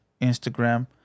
instagram